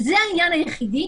זה העניין היחידי.